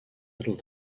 little